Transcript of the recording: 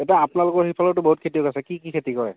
এতিয়া আপােনালোকৰ সিফালেটো বহুত খেতিয়ক আছে কি কি খেতি কৰে